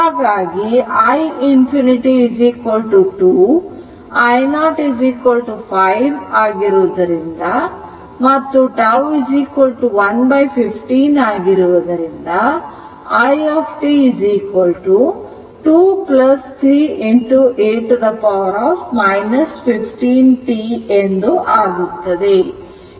ಹಾಗಾಗಿ i ∞ 2 i0 5 ಆಗಿರುವುದರಿಂದ ಮತ್ತು τ115 ಆಗಿರುವುದರಿಂದ i t 2 3 e 15t ಆಗುತ್ತದೆ